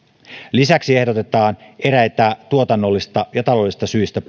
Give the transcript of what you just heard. lisäksi ehdotetaan eräitä tuotannollisista ja taloudellisista syistä